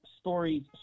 stories